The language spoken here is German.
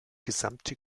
gesamte